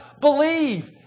Believe